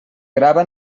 grava